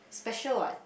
special what